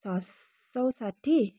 छ सय साठी